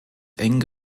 eng